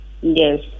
Yes